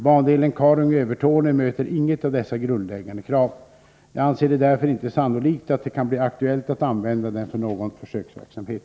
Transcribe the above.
Bandelen Karungi-Övertorneå möter inget av dessa grundläggande krav. Jag anser det därför inte sannolikt att det kan bli aktuellt att använda den för någon försöksverksamhet.